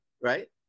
right